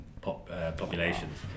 populations